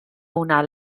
una